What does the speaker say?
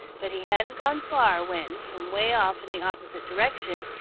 but he hadn't gone far when, from way off in the opposite direction,